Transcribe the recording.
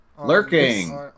Lurking